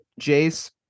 Jace